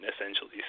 essentially